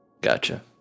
Gotcha